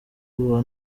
uwa